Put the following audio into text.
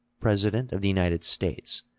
president of the united states,